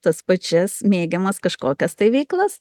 tas pačias mėgiamas kažkokias tai veiklas